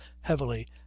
heavily